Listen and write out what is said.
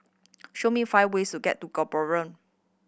show me five ways to get to Gaborone